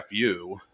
fu